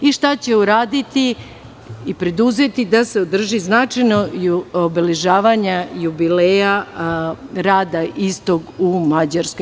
I šta će uraditi i preduzeti da se održi značajno obeležavanje jubileja rada istog u Mađarskoj.